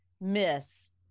miss